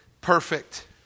perfect